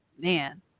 Man